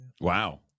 wow